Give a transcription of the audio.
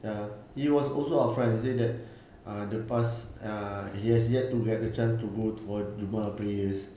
ya he was also upfront say that ah the past uh he has yet to have the chance to go for jumaat players